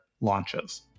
launches